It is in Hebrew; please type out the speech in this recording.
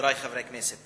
הערבים